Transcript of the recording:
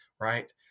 right